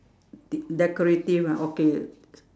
de~ decorative ah okay